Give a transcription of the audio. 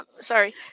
sorry